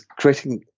creating